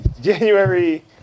January